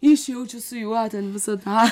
išjaučiu su juo ten visą tą